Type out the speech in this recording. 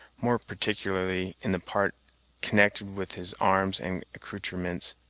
more particularly in the part connected with his arms and accoutrements.